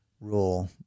rule